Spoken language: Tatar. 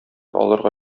алырга